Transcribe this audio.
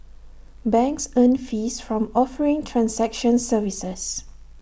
banks earn fees from offering transaction services